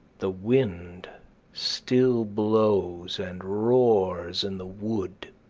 the wind still blows and roars in the wood,